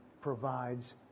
provides